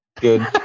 good